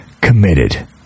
committed